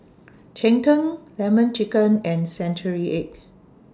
Cheng Tng Lemon Chicken and Century Egg